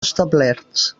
establerts